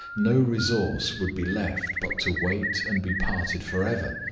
no resource would be left but to wait and be parted forever,